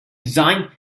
design